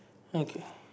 okay